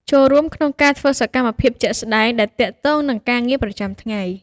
ចូលរួមក្នុងការធ្វើសកម្មភាពជាក់ស្តែងដែលទាក់ទងនឹងការងារប្រចាំថ្ងៃ។